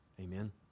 Amen